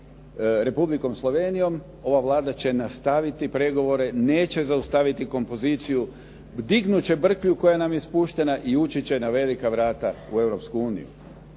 Republikom Slovenijom ova Vlada će nastaviti pregovore, neće zaustaviti kompoziciju, dignut će brklju koja nam je spuštena i ući će na velika vrata u